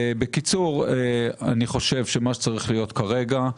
בקיצור, מה שצריך להיות כרגע הוא: